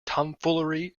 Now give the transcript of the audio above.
tomfoolery